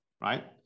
right